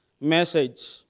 message